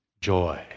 joy